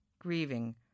Grieving